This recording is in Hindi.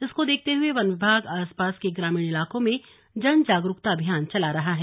इसको देखते हुए वन विभाग आस पास के ग्रामीण इलाकों में जनजागरुकता अभियान चला रहा है